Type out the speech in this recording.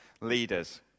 leaders